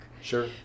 Sure